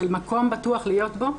של מקום בטוח לחיות בו.